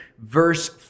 verse